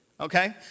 Okay